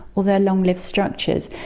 or they are long-lived structures.